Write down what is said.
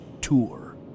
tour